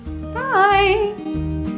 Bye